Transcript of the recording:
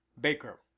Baker